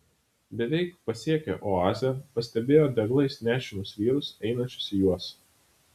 beveik pasiekę oazę pastebėjo deglais nešinus vyrus einančius į juos